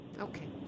Okay